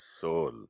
soul